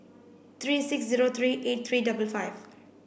three six zero three eight three double five